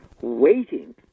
waiting